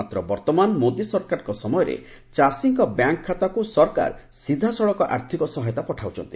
ମାତ୍ର ବର୍ତ୍ତମାନ ମୋଦୀ ସରକାରଙ୍କ ସମୟରେ ଚାଷୀଙ୍କ ବ୍ୟାଙ୍କ୍ ଖାତାକୁ ସରକାର ସିଧାସଳଖ ଆର୍ଥିକ ସହାୟତା ପଠାଉଛନ୍ତି